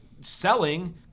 selling